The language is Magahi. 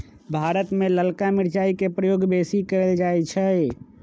भारत में ललका मिरचाई के प्रयोग बेशी कएल जाइ छइ